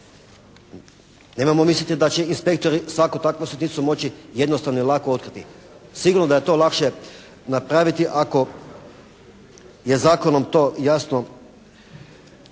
Nemojmo misliti da će inspektori svaku takvu sitnicu moći jednostavno i lako otkriti. Sigurno da je to lakše napraviti ako je zakonom to jasno